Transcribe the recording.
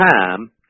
time